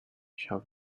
shall